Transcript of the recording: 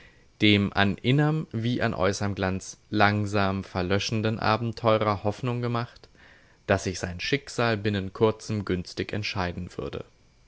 dem an innerm wie an äußerm glanz langsam verlöschenden abenteurer hoffnung gemacht daß sich sein schicksal binnen kurzem günstig entscheiden würde